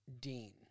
Dean